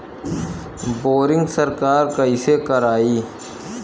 Boring सरकार कईसे करायी?